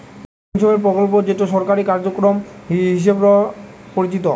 গটে পেনশনের প্রকল্প যেটো সরকারি কার্যক্রম হিসবরে পরিচিত